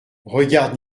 regarde